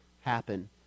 happen